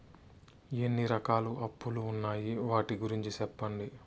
ఎన్ని రకాల అప్పులు ఉన్నాయి? వాటి గురించి సెప్పండి?